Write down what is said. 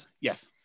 Yes